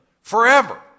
forever